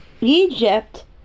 Egypt